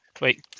wait